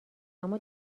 اما